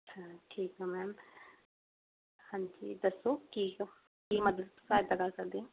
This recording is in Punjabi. ਅੱਛਾ ਠੀਕ ਹੈ ਮੈਮ ਹਾਂਜੀ ਦੱਸੋ ਠੀਕ ਕੀ ਮਦਦ ਸਹਾਇਤਾ ਕਰ ਸਕਦੇ ਹਾਂ